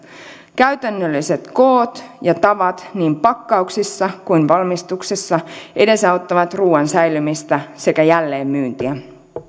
käytännölliset koot ja tavat niin pakkauksissa kuin valmistuksessakin edesauttavat ruuan säilymistä sekä jälleenmyyntiä